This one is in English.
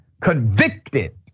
convicted